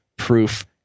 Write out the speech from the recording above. proof